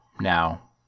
now